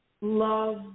love